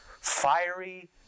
fiery